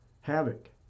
Havoc